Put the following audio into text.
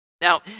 Now